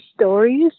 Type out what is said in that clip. stories